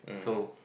so